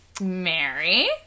Mary